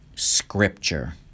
scripture